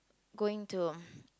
going to